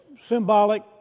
symbolic